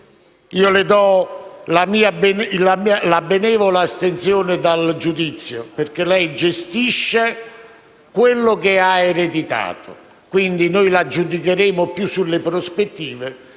la mia benevola astensione dal giudizio perché lei gestisce quello che ha ereditato. Quindi, noi la giudicheremo più sulle prospettive